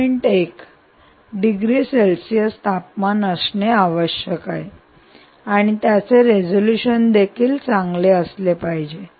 1 degree Celsius तापमान असणे आवश्यक आहे आणि त्याचे रिझोल्यूशन देखील चांगले असले पाहिजे